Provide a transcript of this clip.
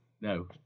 No